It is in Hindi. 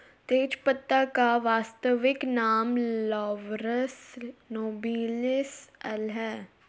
तेजपत्ता का वानस्पतिक नाम लॉरस नोबिलिस एल है